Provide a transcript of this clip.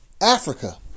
Africa